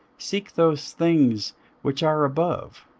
seek those things which are above,